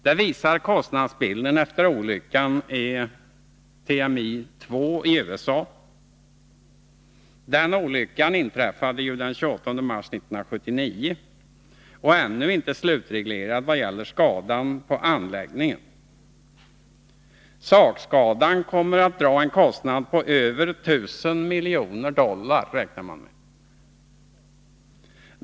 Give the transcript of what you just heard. Det visar kostnadsbilden efter olyckan i TMI 2 i USA. Den olyckan inträffade ju den ansvarighetslagen Sakskadan kommer att dra en kostnad på över 1 000 miljoner dollar, räknar man med.